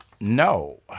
no